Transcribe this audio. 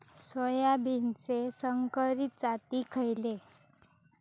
सोयाबीनचे संकरित जाती खयले?